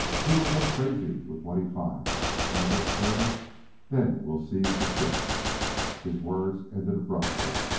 he will go crazy with what he finds may get careless then we'll seize the ship his words ended abruptly.